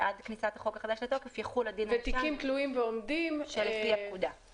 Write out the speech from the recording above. שעד כניסת החוק החדש לתוקף יחול הדין הישן שלפי הפקודה.